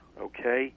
okay